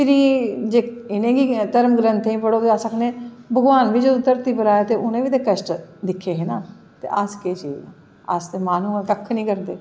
फिर उनें धर्म ग्रंथें गी पढ़ो ते अस आखने भगवान जे धरती पर आए ते उनेंगी बी ते कश्ट दिक्खे दे ते अस केह् चीज़ न अस ते माह्नू आं कक्ख नी करदे